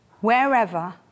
wherever